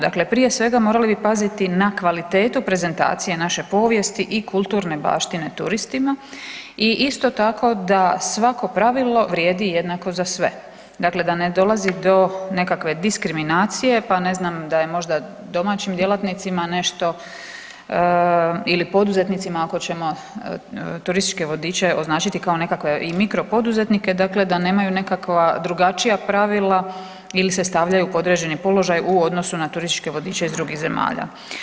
Dakle, prije svega morali bi paziti na kvalitetu prezentacije naše povijesti i kulturne baštine turistima i isto tako da svako pravilo vrijedi jednako za sve, dakle da ne dolazi do nekakve diskriminacije, pa ne znam da je možda domaćim djelatnicima nešto ili poduzetnicima ako ćemo turističke vodiče označiti kao nekakve i mikro poduzetnike, dakle da nemaju nekakva drugačija pravila ili se stavljaju u podređeni položaj u odnosu na turističke vodiče iz drugih zemalja.